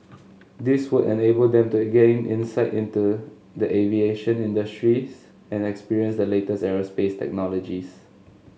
this would enable them to again insight into the aviation industries and experience the latest aerospace technologies